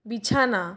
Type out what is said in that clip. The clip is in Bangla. বিছানা